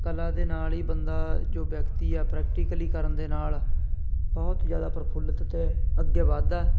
ਕਲਾ ਦੇ ਨਾਲ ਹੀ ਬੰਦਾ ਜੋ ਵਿਅਕਤੀ ਆ ਪ੍ਰੈਕਟੀਕਲੀ ਕਰਨ ਦੇ ਨਾਲ ਬਹੁਤ ਜ਼ਿਆਦਾ ਪ੍ਰਫੁਲਿਤ ਅਤੇ ਅੱਗੇ ਵੱਧਦਾ